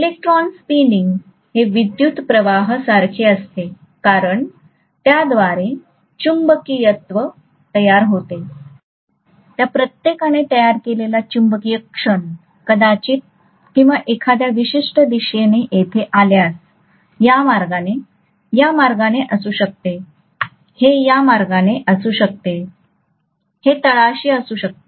electron spinning हे विद्युत् प्रवाहासारखे असते कारण त्याद्वारे चुंबकत्व तयार होते आणि त्या प्रत्येकाने तयार केलेला चुंबकीय क्षण कदाचित किंवा एखाद्या विशिष्ट दिशेने येथे असल्यास या मार्गाने या मार्गाने असू शकते हे या मार्गाने असू शकते हे तळाशी असू शकते